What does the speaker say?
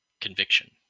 conviction